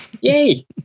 Yay